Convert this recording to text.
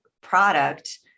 product